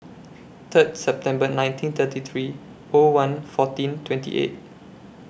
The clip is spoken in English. Third September nineteen thirty three O one fourteen twenty eight